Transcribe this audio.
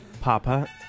Papa